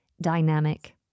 Dynamic